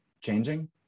changing